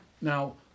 now